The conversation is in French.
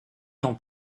t’en